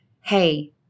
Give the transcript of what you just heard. Hey